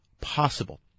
possible